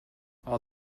all